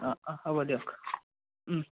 অঁ অঁ হ'ব দিয়ক